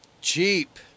Cheap